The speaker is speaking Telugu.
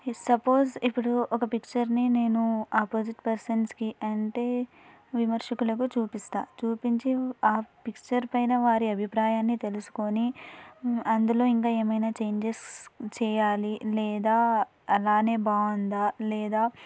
సపోజ్ ఇప్పుడు ఒక పిక్చర్ని నేను ఆపోజిట్ పర్సన్స్కి అంటే విమర్శకులకు చూపిస్తా చూపించి ఆ పిక్చర్ పైన వారి అభిప్రాయాన్ని తెలుసుకొని అందులో ఇంకా ఏమైనా చేంజెస్ చేయాలి లేదా అలానే బాగుందా లేదా